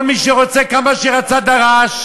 כל מי שרצה, כמה שרצה דרש,